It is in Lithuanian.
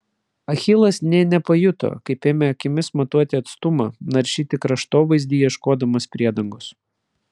achilas nė nepajuto kaip ėmė akimis matuoti atstumą naršyti kraštovaizdį ieškodamas priedangos